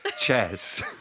chairs